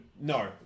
No